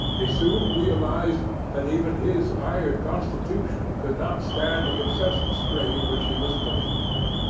he soon realized that even his iron constitution could not stand the incessant strain which he was putting upon it.